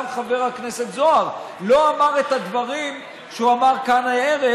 גם חבר הכנסת זוהר לא אמר את הדברים שהוא אמר כאן הערב,